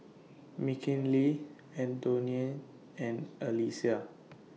Mckinley Antione and Alesia